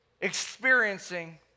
experiencing